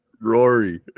Rory